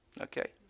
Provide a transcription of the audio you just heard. Okay